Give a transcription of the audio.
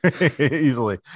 easily